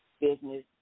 business